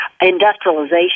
industrialization